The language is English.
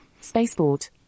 spaceport